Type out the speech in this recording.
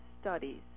studies